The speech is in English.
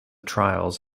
trials